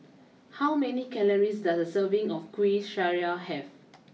how many calories does a serving of Kuih Syara have